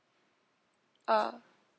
uh